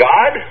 God